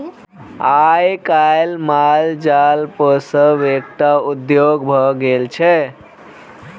आइ काल्हि माल जाल पोसब एकटा उद्योग भ गेल छै